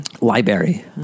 library